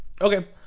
Okay